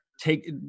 take